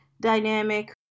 dynamic